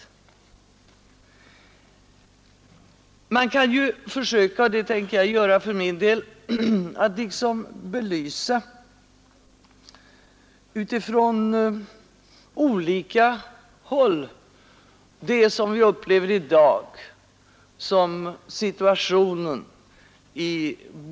Men man kan ju försöka — och det tänker jag göra — att från olika håll belysa det som vi upplever som dagens bostadssituation.